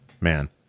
Man